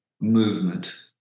movement